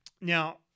Now